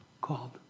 called